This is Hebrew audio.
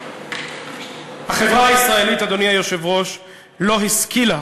החברה הישראלית, אדוני היושב-ראש, לא השכילה